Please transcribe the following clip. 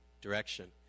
direction